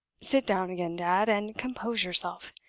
sit down again, dad, and compose yourself.